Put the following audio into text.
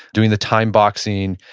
doing the timeboxing,